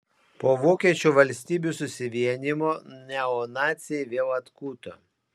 po vokiečių valstybių susivienijimo neonaciai vėl atkuto